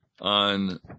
on